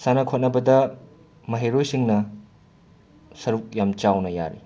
ꯁꯥꯟꯅ ꯈꯣꯠꯅꯕꯗ ꯃꯍꯩꯔꯣꯏꯁꯤꯡꯅ ꯁꯔꯨꯛ ꯌꯥꯝ ꯆꯥꯎꯅ ꯌꯥꯔꯤ